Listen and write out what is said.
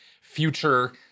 future